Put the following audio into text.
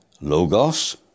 logos